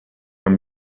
ein